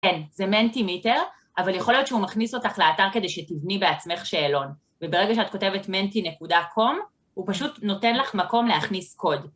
כן, זה מנטי מיטר, אבל יכול להיות שהוא מכניס אותך לאתר כדי שתבני בעצמך שאלון. וברגע שאת כותבת menty.com, הוא פשוט נותן לך מקום להכניס קוד.